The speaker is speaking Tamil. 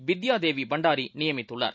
பித்யாதேவிபண்டாரிநியமித்துள்ளார்